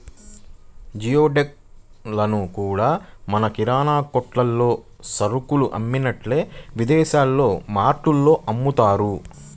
geoduck లను కూడా మన కిరాణా కొట్టుల్లో సరుకులు అమ్మినట్టే విదేశాల్లో మార్టుల్లో అమ్ముతున్నారు